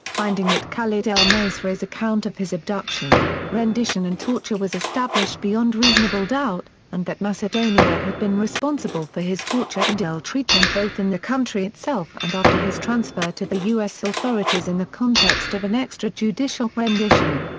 finding that khalid el-masri's account of his abduction, rendition and torture was established beyond reasonable doubt and that macedonia had been responsible for his torture and ill-treatment both in the country itself and after his transfer to the u s. authorities in the context of an extra-judicial rendition.